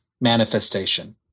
manifestation